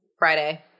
Friday